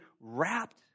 wrapped